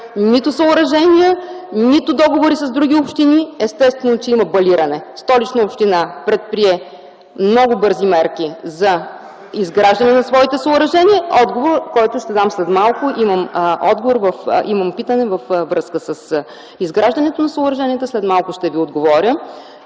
нито съоръжения, нито договори с други общини. Естествено, че има балиране. Столична община предприе много бързи мерки за изграждане на своите съоръжения – това е отговор, който ще дам след малко. Имам питане за изграждане на съоръженията. След малко ще отговоря.